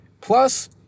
Plus